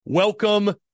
Welcome